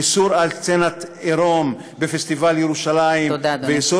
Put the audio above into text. איסור סצנת עירום בפסטיבל ירושלים ואיסור